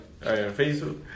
Facebook